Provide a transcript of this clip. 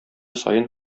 саен